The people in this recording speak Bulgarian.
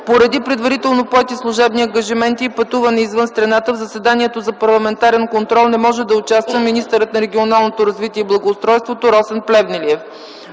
Поради предварително поети служебни ангажименти и пътуване извън страната, в заседанието за парламентарен контрол не може да участва министърът на регионалното развитие и благоустройството Росен Плевнелиев.